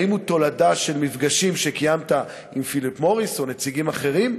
האם הוא תולדה של מפגשים שקיימת עם פיליפ מוריס או נציגים אחרים?